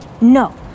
No